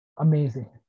Amazing